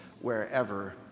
wherever